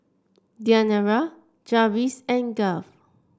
Diandra Jarvis and Garth